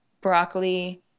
broccoli